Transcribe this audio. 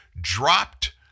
dropped